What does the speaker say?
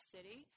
City